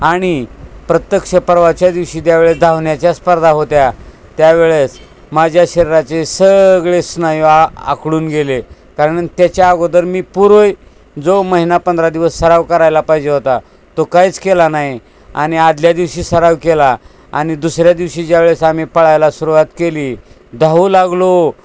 आणि प्रत्यक्ष परवाच्या दिवशी ज्यावेळेस धावण्याच्या स्पर्धा होत्या त्यावेळेस माझ्या शरीराचे सगळे स्नायू आखडून गेले कारण त्याच्या अगोदर मी पुढे जो महिना पंधरा दिवस सराव करायला पाहिजे होता तो कायच केला नाही आणि आदल्या दिवशी सराव केला आणि दुसऱ्या दिवशी ज्या वेळेस आम्ही पळायला सुरुवात केली धावू लागलो